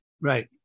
Right